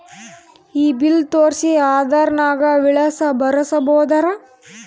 ಈ ಬಿಲ್ ತೋಸ್ರಿ ಆಧಾರ ನಾಗ ವಿಳಾಸ ಬರಸಬೋದರ?